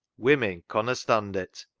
women conna stond it.